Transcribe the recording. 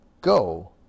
Go